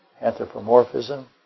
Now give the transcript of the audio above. Anthropomorphism